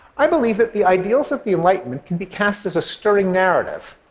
i believe that the ideals of the enlightenment can be cast a stirring narrative,